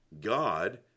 God